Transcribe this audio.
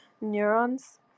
neurons